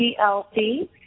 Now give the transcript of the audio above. tlc